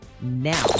now